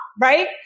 Right